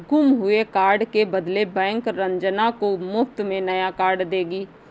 गुम हुए कार्ड के बदले बैंक रंजना को मुफ्त में नया कार्ड देगी